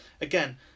Again